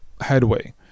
headway